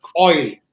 oil